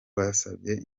basabye